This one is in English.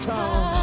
Come